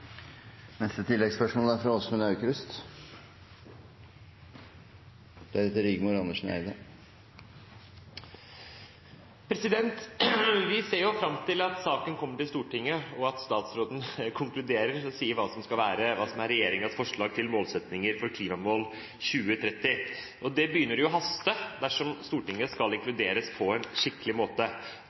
Åsmund Aukrust – til oppfølgingsspørsmål. Vi ser fram til at saken kommer til Stortinget, og at statsråden konkluderer og sier hva som er regjeringens forslag til målsettinger for klimamål for 2030. Det begynner jo å haste dersom Stortinget skal inkluderes på en skikkelig måte.